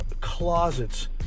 closets